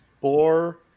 Four